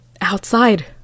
outside